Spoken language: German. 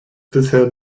bisher